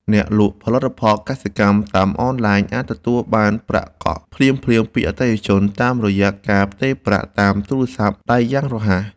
អ្នកលក់ផលិតផលកសិកម្មតាមអនឡាញអាចទទួលបានប្រាក់កក់ភ្លាមៗពីអតិថិជនតាមរយៈការផ្ទេរប្រាក់តាមទូរស័ព្ទដៃយ៉ាងរហ័ស។